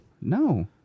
No